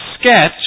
sketch